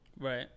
Right